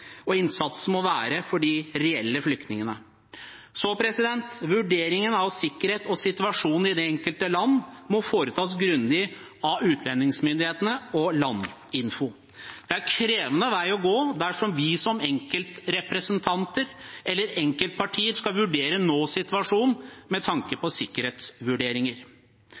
og innsatsen må være for de reelle flyktningene. Vurderingen av sikkerhet og situasjonen i det enkelte land må foretas grundig av utlendingsmyndighetene og Landinfo. Det er en krevende vei å gå dersom vi som enkeltrepresentanter eller enkeltpartier skal vurdere nå-situasjonen med tanke på sikkerhetsvurderinger.